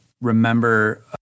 remember